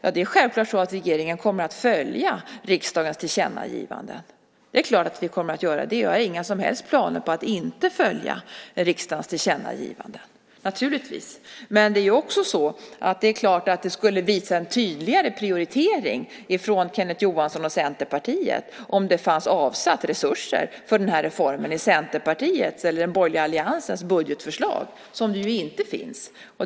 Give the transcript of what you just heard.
Självklart kommer regeringen att följa riksdagens tillkännagivanden. Det är klart att vi kommer att göra det, och jag har inga som helst planer på att inte göra det. Men det skulle förstås visa på en tydligare prioritering från Kenneth Johansson och Centerpartiet om det fanns avsatt resurser för en sådan här reform i Centerpartiets eller den borgerliga alliansens budgetförslag. Det finns inte i dag.